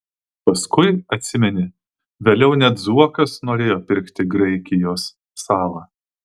paskui atsimeni vėliau net zuokas norėjo pirkti graikijos salą